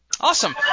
Awesome